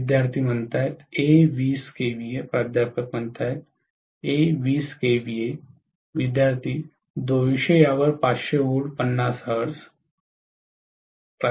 विद्यार्थीः a 20 KVA प्राध्यापक a 20 KVA विद्यार्थीः 200 यावर 500 व्होल्ट 50 हर्ट्ज